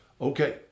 okay